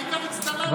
העיקר הצטלמתם.